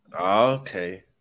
Okay